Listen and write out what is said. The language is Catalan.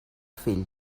fill